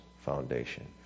foundation